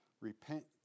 Repent